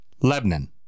Lebanon